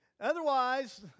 Otherwise